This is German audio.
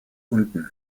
unten